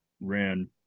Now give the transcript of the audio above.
ran